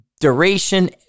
duration